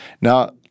Now